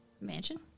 mansion